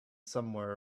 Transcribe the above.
somewhere